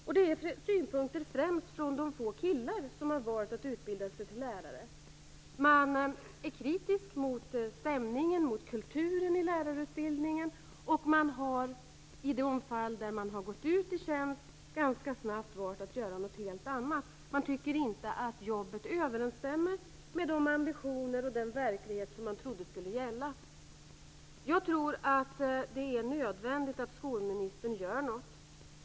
Det är främst synpunkter från de få killar som har valt att utbilda sig till lärare. De är kritiska mot stämningen och kulturen i lärarutbildningen, och de har i de fall då de har gått ut i tjänst ganska snabbt valt att göra någonting helt annat. De tycker inte att jobbet överensstämmer med de ambitioner och den verklighet som de trodde skulle gälla. Jag tror att det är nödvändigt att skolministern gör något.